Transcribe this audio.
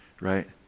right